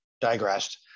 digressed